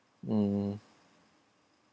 hmm